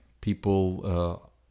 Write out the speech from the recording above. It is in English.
People